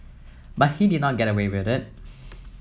but he did not get away with it